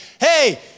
hey